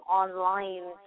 online